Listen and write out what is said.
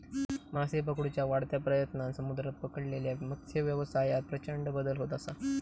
मासे पकडुच्या वाढत्या प्रयत्नांन समुद्रात पकडलेल्या मत्सव्यवसायात प्रचंड बदल होत असा